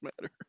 matter